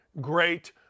great